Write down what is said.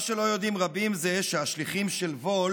מה שלא יודעים רבים זה שהשליחים של wolt